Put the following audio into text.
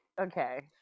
okay